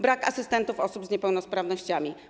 Brak asystentów osób z niepełnosprawnościami.